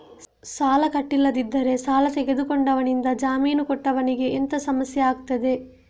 ಸಾಲ ಕಟ್ಟಿಲ್ಲದಿದ್ದರೆ ಸಾಲ ತೆಗೆದುಕೊಂಡವನಿಂದ ಜಾಮೀನು ಕೊಟ್ಟವನಿಗೆ ಎಂತ ಸಮಸ್ಯೆ ಆಗ್ತದೆ?